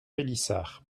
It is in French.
pélissard